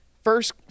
First